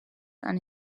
and